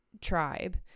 tribe